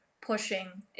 pushing